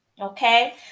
okay